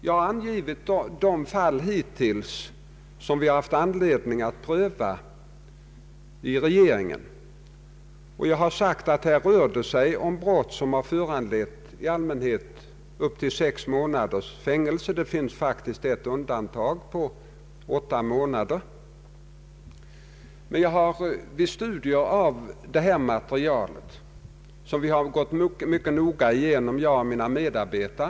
Jag har angivit de fall som regeringen hittills haft anledning att pröva, och jag har förklarat att det rör sig om brott som i allmänhet har föranlett upp till sex månaders fängelse. Det finns dock ett undantag, där det var fråga om åtta månaders fängelse. Jag och mina medarbetare har mycket noga gått igenom det föreliggande materialet.